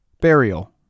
burial